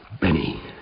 Benny